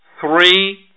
three